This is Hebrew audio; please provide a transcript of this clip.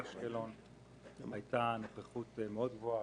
הייתה נוכחות מאוד גבוהה,